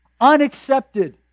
unaccepted